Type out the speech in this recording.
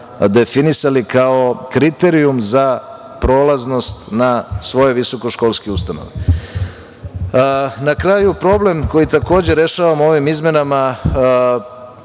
definisali kao kriterijum za prolaznost na svoje visokoškolske ustanove. Na kraju problem koji takođe rešavamo ovim izmenama,